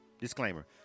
disclaimer